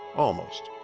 almost.